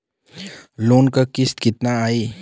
Loan क किस्त कितना आई?